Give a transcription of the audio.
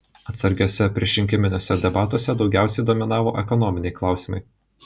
atsargiuose priešrinkiminiuose debatuose daugiausia dominavo ekonominiai klausimai